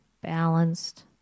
balanced